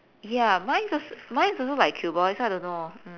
ya mine's al~ mine's also like cuboid so I don't know